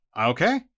Okay